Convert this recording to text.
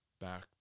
back